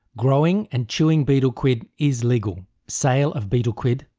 growing and chewing betel quid is legal. sale of betel quid,